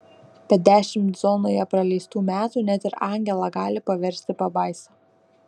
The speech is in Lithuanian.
bet dešimt zonoje praleistų metų net ir angelą gali paversti pabaisa